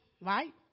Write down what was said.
Right